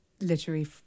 literary